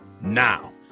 now